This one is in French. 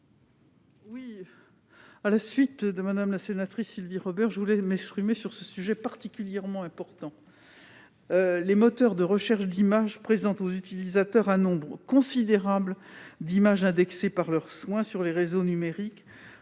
À la suite de Mme la sénatrice Sylvie Robert, je souhaite m'exprimer sur ce sujet particulièrement important. Les moteurs de recherche d'images présentent aux utilisateurs un nombre considérable d'images indexées par leurs soins sur les réseaux numériques.